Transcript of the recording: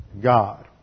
God